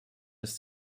ist